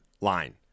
line